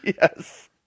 yes